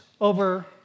over